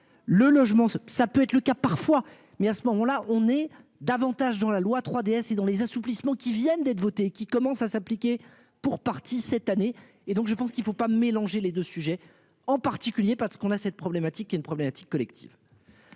Le logement, ça peut être le cas parfois, mais à ce moment-là, on est davantage dans la loi 3DS. Ils ont les assouplissements qui viennent d'être votées, qui commence à s'appliquer pour partie cette année et donc je pense qu'il ne faut pas mélanger les 2 sujets en particulier parce qu'on a cette problématique est une problématique collective.